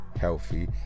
healthy